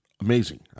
amazing